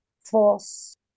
false